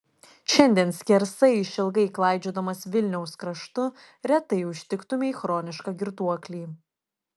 šiandien skersai išilgai klaidžiodamas vilniaus kraštu retai užtiktumei chronišką girtuoklį